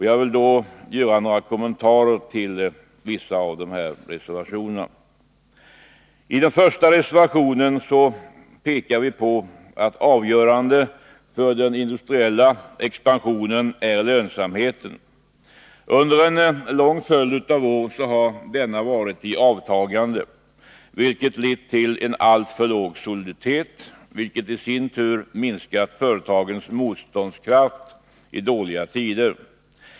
Jag vill göra några kommentarer till vissa av reservationerna. I reservation nr 1 pekar vi på att det avgörande för den industriella expansionen är lönsamheten. Under en lång följd av år har lönsamheten varit i avtagande, vilket lett till en alltför låg soliditet, vilket i sin tur minskat företagens motståndskraft i dåliga tider.